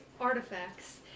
artifacts